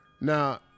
Now